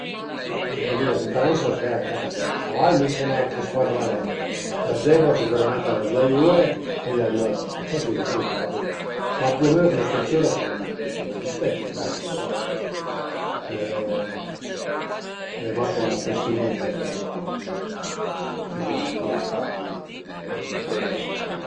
Beh, anche li la diferensa a s'ved përché ël caval mi sai nen dë che scuadra al e, la zebra sicürament al e d'la Juve, mi la Juve a m'da ën po fastidi, comuncue a va bin, ma più o meno, cume strütüra a sun più o meno i stese, dai dizuma che al e al e mach 'na cuestiun dë dë fizionomìa tra le due bestie, tüt li